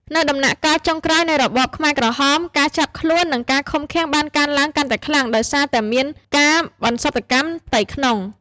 នៅដំណាក់កាលចុងក្រោយនៃរបបខ្មែរក្រហម ការចាប់ខ្លួន និងការឃុំឃាំងបានកើនឡើងកាន់តែខ្លាំង ដោយសារតែមានការបន្សុទ្ធកម្មផ្ទៃក្នុង។